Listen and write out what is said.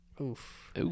Oof